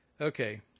Okay